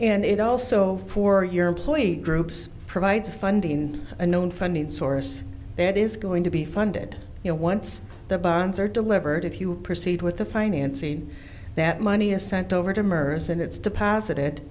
and it also for your employee groups provides funding and a known funding source that is going to be funded you know once the bonds are delivered if you proceed with the financing that money is sent over to mers and it's deposit